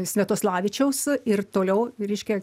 sviatoslavičius ir toliau reiškia